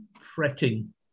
fretting